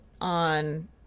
on